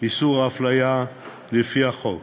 איסור ההפליה לפי החוק.